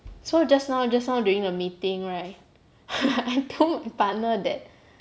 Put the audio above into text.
so just now just now during the meeting right I told my partner that